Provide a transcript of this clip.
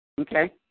Okay